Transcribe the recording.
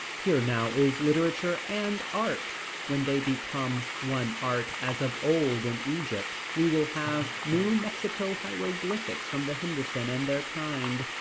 here now is literature and art. when they become one art as of old in egypt, we will have new mexico hieroglyphics from the hendersons and their kind,